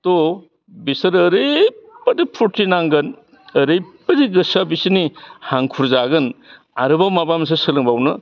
थह बिसोर ओरैबादि फुर्थि नांगोन ओरैबादि गोसोआ बिसोनि हांखुर जागोन आरोबाव माबा मोनसे सोलोंबावनो